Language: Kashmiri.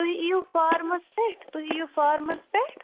تُہۍ یِیِو فارمَس پیٚٹھ تُہۍ یِیِو فارمَس پیٚٹھ